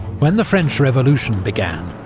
when the french revolution began,